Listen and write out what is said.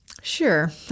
Sure